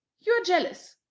you are jealous.